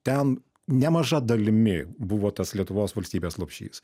ten nemaža dalimi buvo tas lietuvos valstybės lopšys